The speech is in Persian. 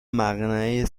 مقنعه